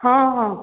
ହଁ ହଁ